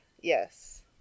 Yes